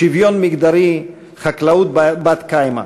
שוויון מגדרי וחקלאות בת-קיימא.